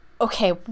okay